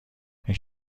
این